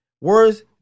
words